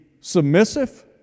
submissive